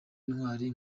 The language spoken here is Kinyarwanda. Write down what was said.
intwari